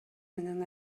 менен